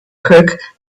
crook